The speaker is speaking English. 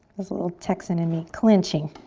that's a little texan in me, clenching.